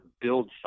build